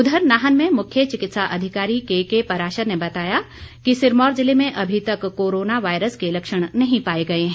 उधर नाहन में मुख्य चिकित्सा अधिकारी केके पराशर ने बताया कि सिरमौर जिले में अभी तक कोरोना वायरस के लक्षण नहीं पाए गए हैं